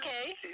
okay